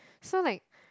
so like